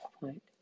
point